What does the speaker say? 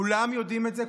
כולם יודעים את זה.